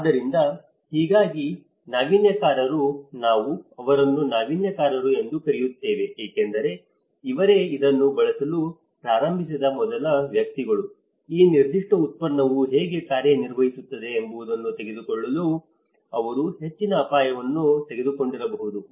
ಆದ್ದರಿಂದ ಹಿಂದಿನ ನಾವೀನ್ಯಕಾರರು ನಾವು ಅವರನ್ನು ನಾವೀನ್ಯಕಾರರು ಎಂದು ಕರೆಯುತ್ತೇವೆ ಏಕೆಂದರೆ ಇವರೇ ಇದನ್ನು ಬಳಸಲು ಪ್ರಾರಂಭಿಸಿದ ಮೊದಲ ವ್ಯಕ್ತಿಗಳು ಈ ನಿರ್ದಿಷ್ಟ ಉತ್ಪನ್ನವು ಹೇಗೆ ಕಾರ್ಯನಿರ್ವಹಿಸುತ್ತದೆ ಎಂಬುದನ್ನು ತೆಗೆದುಕೊಳ್ಳಲು ಅವರು ಹೆಚ್ಚಿನ ಅಪಾಯವನ್ನು ತೆಗೆದುಕೊಂಡಿರಬಹುದು